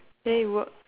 then it work